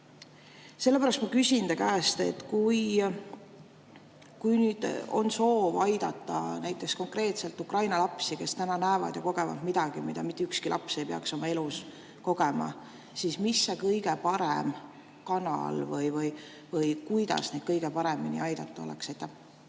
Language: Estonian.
Sellepärast ma küsin te käest, et kui nüüd on soov aidata konkreetselt Ukraina lapsi, kes täna näevad ja kogevad midagi, mida mitte ükski laps ei tohiks oma elus kogeda, siis mis see kõige õigem kanal oleks. Kuidas neid kõige paremini aidata on?